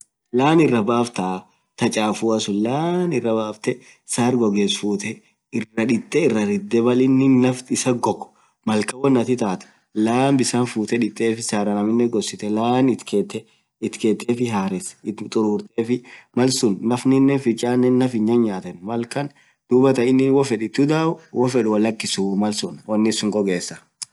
laan irra baaftaa, laan iraa baftee ta chafua suun saar gogess futee, iraa ridee maal naf isaa goag dibii it ketee tururrtee, duub nafnin hinyanyatu fichaan suun, duub ho feed it udaau hoo feed lakisuu ,malsuun wonin suun gogesa.